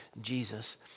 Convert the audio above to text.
Jesus